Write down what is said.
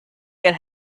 get